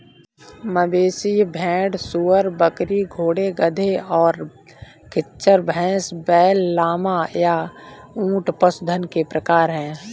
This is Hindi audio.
मवेशी, भेड़, सूअर, बकरी, घोड़े, गधे, और खच्चर, भैंस, बैल, लामा, या ऊंट पशुधन के प्रकार हैं